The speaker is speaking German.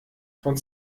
von